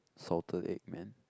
salted egg man